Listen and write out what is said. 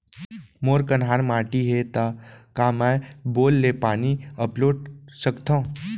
मोर कन्हार माटी हे, त का मैं बोर ले पानी अपलोड सकथव?